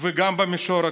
וגם במישור הכלכלי.